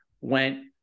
went